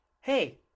hey